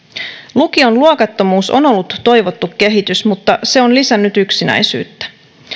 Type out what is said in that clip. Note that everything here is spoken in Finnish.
lukion luokattomuus on ollut toivottu kehitys mutta se on lisännyt yksinäisyyttä